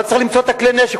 אבל צריך למצוא את כלי הנשק.